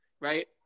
right